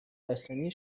بستنی